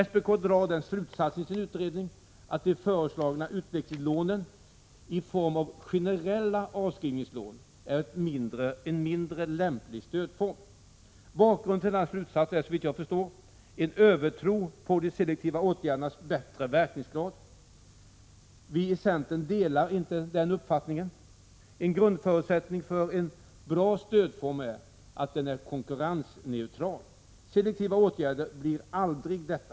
SPK drar i sin utredning slutsatsen att de föreslagna utvecklingslånen, i form av generella avskrivningslån, är en mindre lämplig stödform. Bakgrunden till denna slutsats är såvitt jag förstår en övertro på de selektiva åtgärdernas bättre verkningsgrad. Vi i centern delar inte den uppfattningen. En grundförutsättning för en bra stödform är att den är Prot. 1986/87:114 konkurrensneutral. Selektiva åtgärder blir aldrig detta.